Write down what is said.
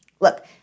Look